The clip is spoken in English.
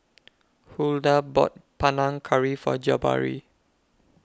Huldah bought Panang Curry For Jabari